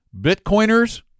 Bitcoiners